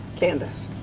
candace.